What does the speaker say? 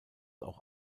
auch